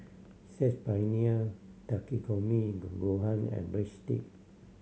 Saag Paneer Takikomi gohan and Breadstick